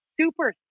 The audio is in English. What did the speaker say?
super